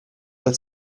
non